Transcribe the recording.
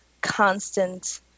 constant